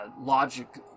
logic